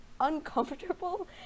uncomfortable